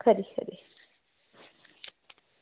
खरी खरी